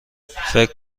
فکر